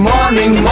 Morning